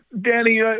Danny